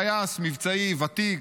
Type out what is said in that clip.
טייס מבצעי ותיק.